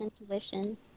intuition